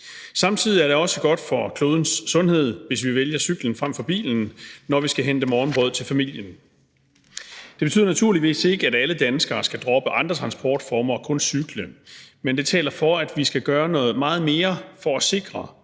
samtidig også godt for klodens sundhed, hvis vi vælger cyklen frem for bilen, når vi skal hente morgenbrød til familien. Det betyder naturligvis ikke, at alle danskere skal droppe andre transportformer og kun cykle, men det taler for, at vi skal gøre meget mere for at sikre